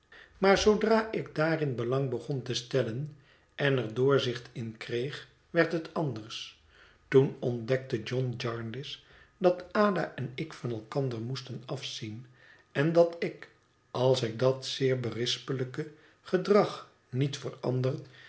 maar zoodra ik daarin belang begon te stellen en er doorzicht in kreeg werd het anders toen ontdekte john jarndyce dat ada en ik van elkander moesten afzien en dat ik als ik dat zeer bérispelijke gedrag niet verander